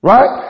Right